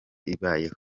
ibayeho